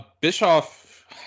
Bischoff